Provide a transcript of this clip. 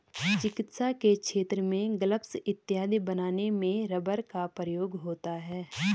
चिकित्सा के क्षेत्र में ग्लब्स इत्यादि बनाने में रबर का प्रयोग होता है